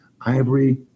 ivory